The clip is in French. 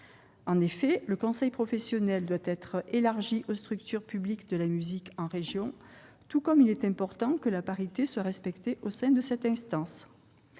En effet, le conseil professionnel doit être élargi aux représentants des structures publiques de la musique en région, et il est important que la parité soit respectée au sein de cette instance.